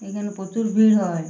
এখানে প্রচুর ভিড় হয়